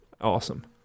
awesome